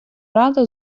рада